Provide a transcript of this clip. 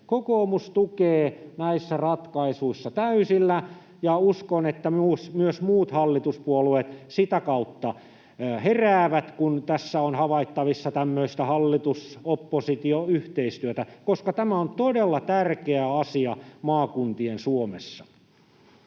Kokoomus tukee näissä ratkaisuissa täysillä, ja uskon, että myös muut hallituspuolueet sitä kautta heräävät, kun tässä on havaittavissa tämmöistä hallitus—oppositio-yhteistyötä, koska tämä on todella tärkeä asia maakuntien Suomessa.